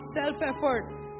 self-effort